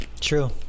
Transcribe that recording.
True